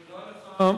תודה לך,